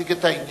מציג את העניין,